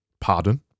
Pardon